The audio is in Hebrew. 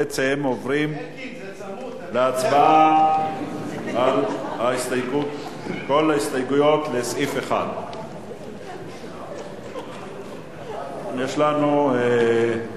אנחנו עוברים להצבעה על כל ההסתייגויות לסעיף 1. רגע,